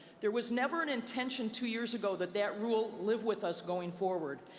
there was never an intention two years ago that that rule live with us going forward,